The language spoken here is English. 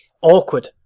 awkward